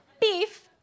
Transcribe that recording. beef